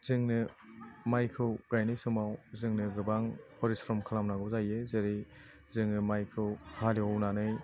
जोंनो माइखौ गायनाय समाव जोंनो गोबां फरिस्रम खालामनांगौ जायो जेरै जोङो माइखौ हालेवनानै